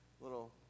little